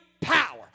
power